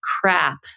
crap